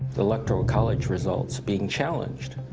electoral college results being challenged,